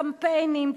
קמפיינים,